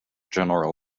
general